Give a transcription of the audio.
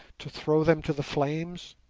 to throw them to the flames?